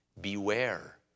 Beware